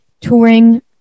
touring